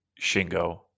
Shingo